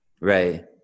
Right